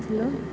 ହଁ ହଁ ଯାଇଥିଲୁ